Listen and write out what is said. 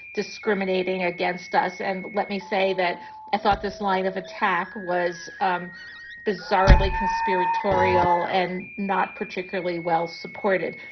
discriminating against us? and let me say that i thought this line of attack was um bizarrely conspiratorial and not particularly well supported.